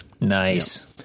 Nice